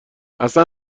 اصلن